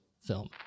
film